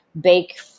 bake